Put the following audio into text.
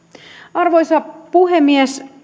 arvoisa puhemies